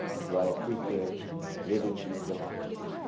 do i appreciate living in a democracy?